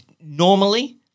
normally